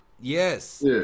Yes